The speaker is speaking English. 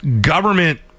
government